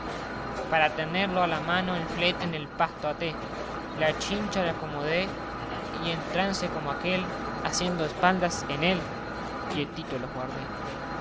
para tenerlo a la mano el flete en el pasto até la cincha le acomodé y en un trance como aquél haciendo espaldas en él quietito los aguardé